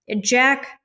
Jack